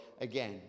again